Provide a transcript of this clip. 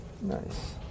Nice